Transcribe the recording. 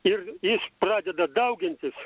ir jis pradeda daugintis